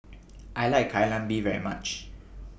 I like Kai Lan Beef very much